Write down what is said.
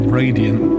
radiant